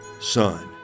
son